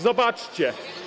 Zobaczcie.